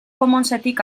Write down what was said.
commonsetik